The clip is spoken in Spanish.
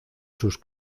sus